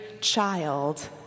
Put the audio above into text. child